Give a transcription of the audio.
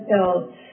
adults